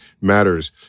Matters